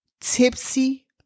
tipsy